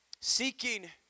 seeking